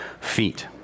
feet